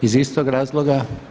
Iz istog razloga.